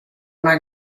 una